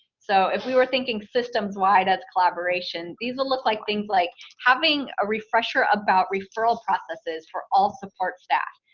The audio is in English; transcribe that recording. so if we were thinking systems, why does collaboration? these will look like things like having a refresher about referral processes for all support staff.